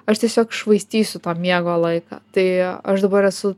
aš tiesiog švaistysiu to miego laiką tai aš dabar esu